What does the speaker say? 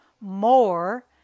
More